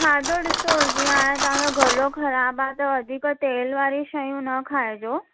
खाधो ॾिसो जीअं हाणे तव्हांजो गलो ख़राब आहे त वधीक तेल वारी शयूं न खाइजो